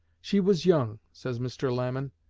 she was young, says mr. lamon,